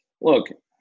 look